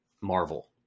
Marvel